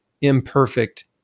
imperfect